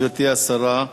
גברתי השרה.